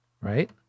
right